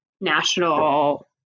national